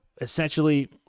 essentially